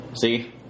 see